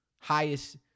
highest